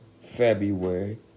February